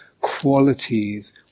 Qualities